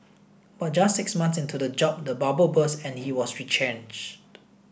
but just six months into the job the bubble burst and he was retrenched